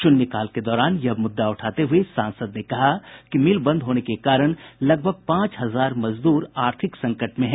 शून्यकाल के दौरान यह मुद्दा उठाते हुए सांसद ने कहा कि मिल बंद होने के कारण लगभग पांच हजार मजदूर आर्थिक संकट में हैं